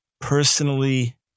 personally